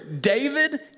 David